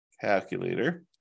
Calculator